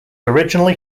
originally